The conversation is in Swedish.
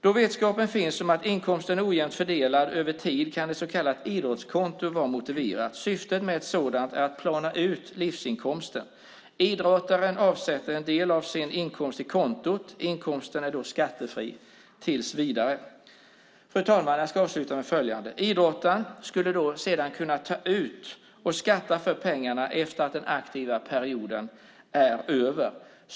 Då vetskapen finns om att inkomsten är ojämnt fördelad över tid kan ett så kallat idrottskonto vara motiverat. Syftet med ett sådant är att plana ut livsinkomsten. Idrottaren avsätter en del av sin inkomst till kontot. Inkomsten är då skattefri tills vidare. Fru talman! Idrottaren skulle då sedan kunna ta ut och skatta för pengarna efter det att den aktiva perioden är över.